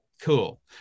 cool